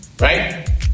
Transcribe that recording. right